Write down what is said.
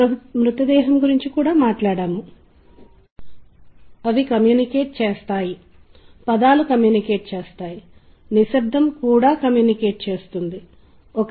వారు నృత్యం చేయవచ్చు కానీ నృత్యం అనేది స్పష్టంగా వినబడని విషయం అయితే మీరు అడుగుజాడలను వినవచ్చు మరియు ఒకరి తీవ్రమైన ఏకాగ్రతకు భంగం కలిగించేంత మంచిది కాదు